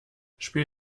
spiel